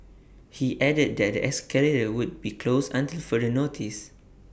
he added that escalator would be closed until further notice